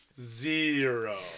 Zero